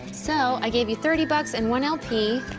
so i gave you thirty bucks and one lp,